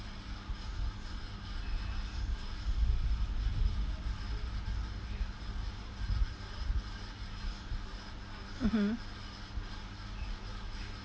mmhmm